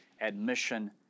admission